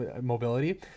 mobility